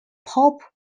pop